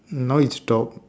now it stopped